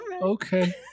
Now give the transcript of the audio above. Okay